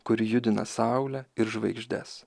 kuri judina saulę ir žvaigždes